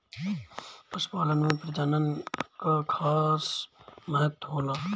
पशुपालन में प्रजनन कअ खास महत्व होला